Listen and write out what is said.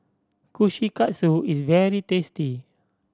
Kushikatsu is very tasty